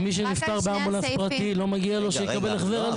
ומי שנפטר באמבולנס פרטי לא מגיע לו שיקבל החזר?